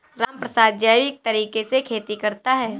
रामप्रसाद जैविक तरीके से खेती करता है